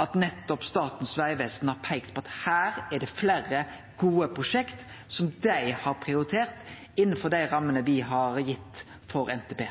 at nettopp Statens vegvesen har peikt på at det her er fleire gode prosjekt som dei har prioritert innanfor dei rammene me har gitt for NTP.